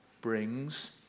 brings